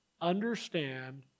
understand